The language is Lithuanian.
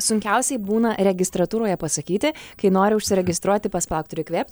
sunkiausiai būna registratūroje pasakyti kai nori užsiregistruoti pas palauk turiu įkvėpt